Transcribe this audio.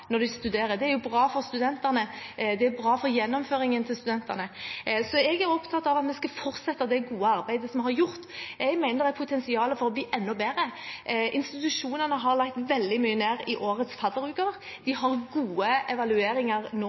når de studerer. Det er bra for studentene, det er bra for gjennomføringen til studentene. Så jeg er opptatt av at vi skal fortsette med det gode arbeidet vi har gjort. Jeg mener det er et potensial for å bli enda bedre. Institusjonene har lagt veldig mye mer i årets fadderuker. De har gode evalueringer nå,